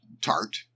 tart